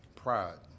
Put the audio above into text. pride